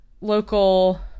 local